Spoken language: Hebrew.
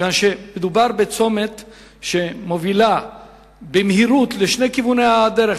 כיוון שמדובר בצומת שמוביל במהירות לשני כיווני הדרך,